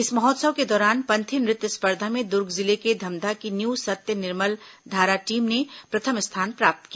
इस महोत्सव के दौरान पंथी नृत्य स्पर्धा में दुर्ग जिले के धमधा की न्यू सत्य निर्मल धारा टीम ने प्रथम स्थान प्राप्त किया